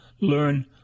learn